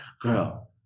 Girl